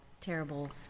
terrible